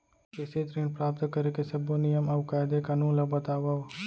कृषि ऋण प्राप्त करेके सब्बो नियम अऊ कायदे कानून ला बतावव?